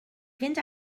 fynd